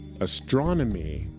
Astronomy